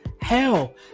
Hell